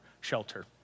shelter